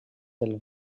del